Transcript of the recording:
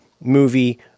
movie